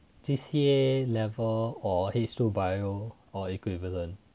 C_C_A level or H two bio or equivalent